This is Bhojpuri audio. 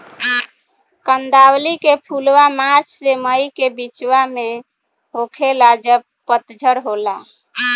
कंदावली के फुलवा मार्च से मई के बिचवा में होखेला जब पतझर होला